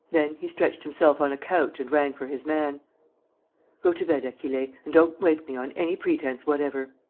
then he stretched himself on a couch and rang for his man go to bed, achille, and don't wake me on any pretence whatever.